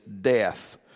death